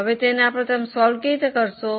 હવે તેને કેવી રીતે હલ કરશો